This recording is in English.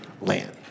land